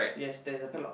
yes there's a pad lock